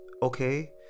okay